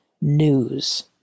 news